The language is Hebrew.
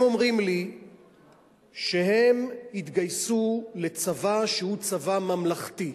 הם אומרים לי שהם התגייסו לצבא שהוא צבא ממלכתי,